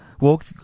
walk